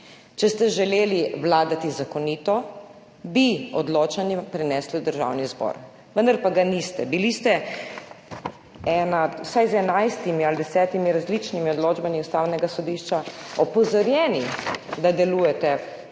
Če ste želeli vladati zakonito, bi odločanje prenesli v Državni zbor, vendar pa ga niste, bili ste vsaj z enajstimi ali desetimi različnimi odločbami Ustavnega sodišča opozorjeni, da delujete